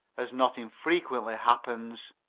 as not infrequently happens,